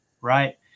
right